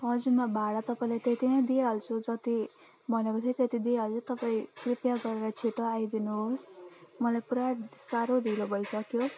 हजुर म भाडा तपाईँलाई त्यति नै दिइहाल्छु जति भनेको थियो त्यति दिइहाल्छु तपाईँ कृपया गरेर छिटो आइदिनुहोस् मलाई पुरा साह्रो ढिलो भइसक्यो